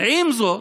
עם זאת,